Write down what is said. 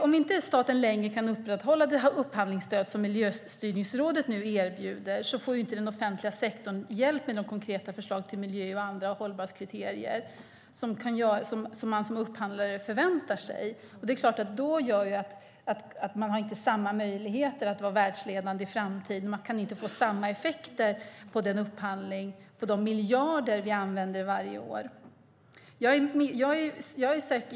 Om inte staten längre kan upprätthålla det upphandlingsstöd som Miljöstyrningsrådet erbjuder får inte den offentliga sektorn hjälp med de konkreta förslag till miljöhållbarhetskriterier och andra hållbarhetskriterier som man som upphandlare förväntar sig. Då har man inte samma möjligheter att vara världsledande i framtiden. Man kan inte få samma effekter på de miljarder vi använder varje år vid upphandling.